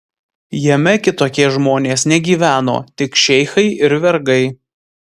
jame kitokie žmonės negyveno tik šeichai ir vergai